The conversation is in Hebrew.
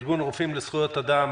ענת ליטוין, ארגון רופאים לזכויות אדם,